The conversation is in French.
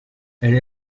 elle